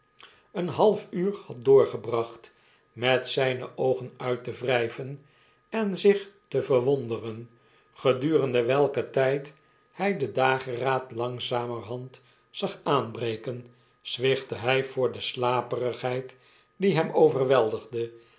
een half uur had doorgebracht met zgne oogen uit te wrjjven en zich teverwonderen gedurende welken ftjd hg den dageraad langzamerhand zag aanbreken zwichtte hjj voor de slaperigheid die hem overweldigde